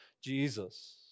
Jesus